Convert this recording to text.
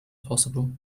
possible